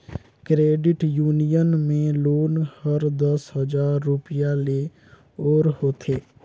credit union में loan हर दस हजार रूपिया ले ओर होथे